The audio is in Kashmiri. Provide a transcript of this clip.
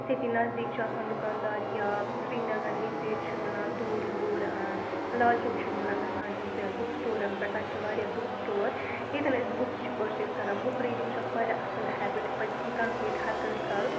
یُس یِیٚتہِ نٔزدیٖک چھُ آسان دُکانٛدار یا سریٖنَگر یِیٚتہِ چھُ میلان دوٗر دوٗر لال چوک چھِ میلان گژھان أسۍ بُک سِٹورَن پؠٹھ تَتہِ چھِ واریاہ بُک سِٹور ییٚتؠن أسۍ بُکُس چھِ پٔرچیز کران بُک رِیٖڈِنٛگ چھُ اَکھ واریاہ اَصٕل ہیبِٹ یہِ پَزِ اِنکَلکیٹ ہَر کٲنٛسہِ کَرُن